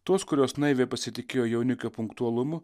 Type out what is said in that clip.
tos kurios naiviai pasitikėjo jaunikio punktualumu